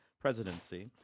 presidency